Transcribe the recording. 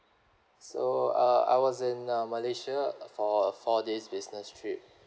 so uh I was in uh malaysia for four days business trip